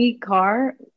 car